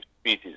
species